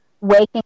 waking